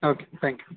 okay thank you